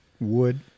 wood